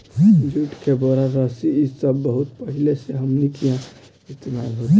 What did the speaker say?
जुट के बोरा, रस्सी इ सब बहुत पहिले से हमनी किहा इस्तेमाल होता